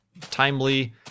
timely